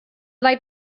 like